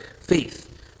faith